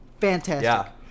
Fantastic